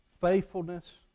faithfulness